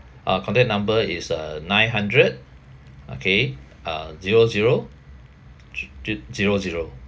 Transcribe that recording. uh contact number is uh nine hundred okay uh zero zero j~ j~ zero zero